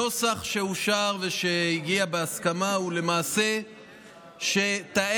הנוסח שאושר ושהגיע בהסכמה הוא למעשה שתאי